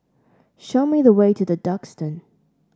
show me the way to The Duxton